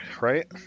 right